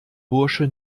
bursche